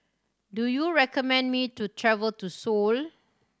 do you recommend me to travel to Seoul